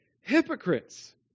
Hypocrites